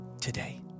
today